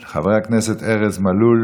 של חברי הכנסת ארז מלול